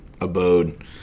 abode